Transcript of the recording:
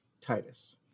Titus